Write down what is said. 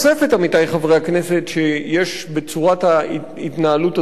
בצורת ההתנהלות הזאת עם אסירים ועצירים,